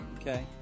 okay